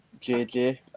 JJ